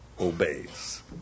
obeys